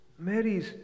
Mary's